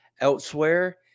elsewhere